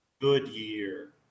Goodyear